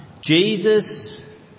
Jesus